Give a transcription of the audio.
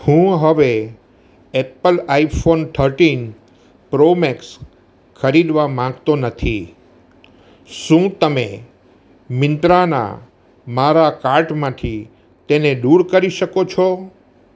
હું હવે Apple iPhone thirteen Pro Max ખરીદવા માંગતો નથી શું તમે મિન્ત્રાના મારા કાર્ટમાંથી તેને દૂર કરી શકો છો